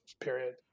period